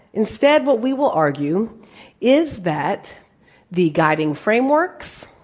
instead what we will argue is that the guiding frameworks,